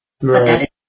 Right